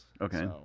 Okay